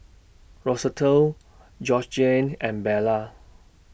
Rosetta Georgiann and Bella